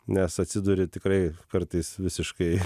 nes atsiduri tikrai kartais visiškai